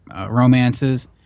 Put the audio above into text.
romances